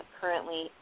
currently